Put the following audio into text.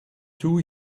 two